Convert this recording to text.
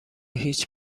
هیچ